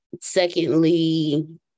secondly